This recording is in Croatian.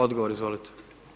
Odgovor, izvolite.